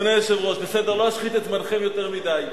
אדוני היושב-ראש, לא אשחית את זמנכם יותר מדי.